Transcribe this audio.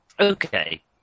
Okay